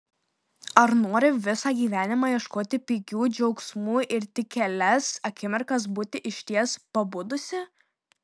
ar nori visą gyvenimą ieškoti pigių džiaugsmų ir tik kelias akimirkas būti išties pabudusi